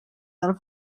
del